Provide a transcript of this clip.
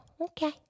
okay